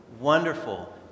wonderful